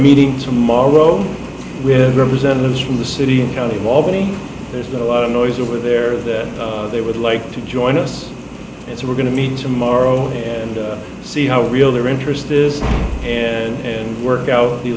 meeting tomorrow with representatives from the city county of albany there's a lot of noise over there that they would like to join us and so we're going to meet tomorrow and see how real their interest is and work out the